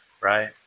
right